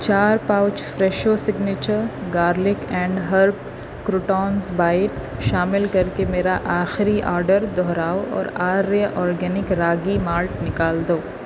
چار pouch Fresho signature garlic and herb croutons bites شامل کر کے میرا آخری آرڈر دوہراؤ اور آریہ اورگینک راگی مالٹ نکال دو